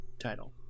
title